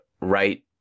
right